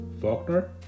Faulkner